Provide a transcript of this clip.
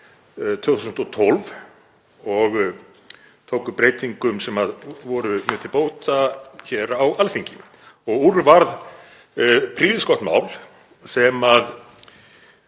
2012 og tóku breytingum sem voru mjög til bóta hér á Alþingi og úr varð prýðisgott mál sem